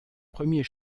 premier